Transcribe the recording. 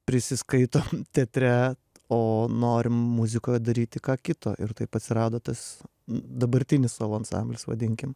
prisiskaitom teatre o norim muzikoje daryti ką kito ir taip atsirado tas dabartinis solo ansamblis vadinkim